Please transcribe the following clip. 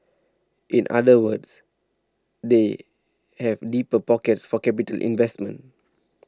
in other words they have deeper pockets for capitally investments